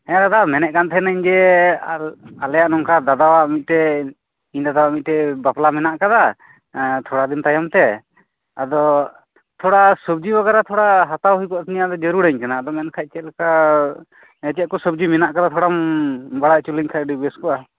ᱦᱮᱸ ᱫᱟᱫᱟ ᱢᱮᱱᱮᱫ ᱠᱟᱱ ᱛᱟᱦᱮᱸ ᱟᱹᱧ ᱡᱮ ᱟᱞᱮᱭᱟᱜ ᱱᱚᱝᱠᱟ ᱫᱟᱫᱟᱣᱟᱜ ᱢᱤᱫᱴᱮᱱ ᱤᱧ ᱫᱟᱫᱟᱣᱟᱜ ᱢᱤᱫᱴᱮᱱ ᱵᱟᱯᱞᱟ ᱢᱮᱱᱟᱜ ᱟᱠᱟᱫᱟ ᱦᱮᱸ ᱛᱷᱚᱲᱟ ᱫᱤᱱ ᱛᱟᱭᱚᱢ ᱛᱮ ᱟᱫᱚ ᱛᱷᱚᱲᱟ ᱥᱚᱵᱽᱡᱤ ᱵᱟᱠᱷᱨᱟ ᱛᱷᱚᱲᱟ ᱦᱟᱛᱟᱣ ᱦᱩᱭ ᱠᱚᱜ ᱛᱤᱧᱟᱹ ᱡᱟᱨᱩᱲᱟᱹᱧ ᱠᱟᱱᱟ ᱟᱫᱚ ᱢᱮᱱᱠᱷᱟᱡ ᱪᱮᱫ ᱞᱮᱠᱟ ᱪᱮᱫ ᱠᱚ ᱥᱚᱵᱽᱡᱤ ᱢᱮᱱᱟᱜ ᱟᱠᱟᱫᱟ ᱛᱷᱚᱲᱟᱢ ᱵᱟᱲᱟᱭ ᱦᱚᱪᱚ ᱞᱤᱧ ᱠᱷᱟᱱ ᱵᱮᱥ ᱠᱚᱜᱼᱟ